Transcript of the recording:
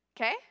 Okay